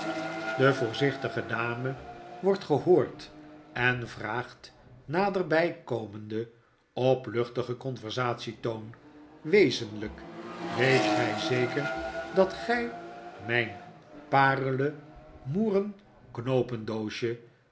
de voorzichtige dame wordt gehoord en vraagt naderby komende op luchtigen conversatie toon wezenlyk weet gy zeker dat gy myn